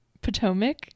potomac